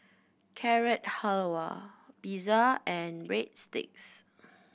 Carrot Halwa Pizza and Breadsticks